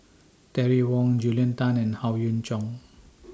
Terry Wong Julia Tan and Howe Yoon Chong